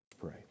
Pray